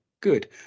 good